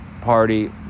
party